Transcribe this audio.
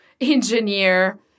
engineer